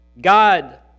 God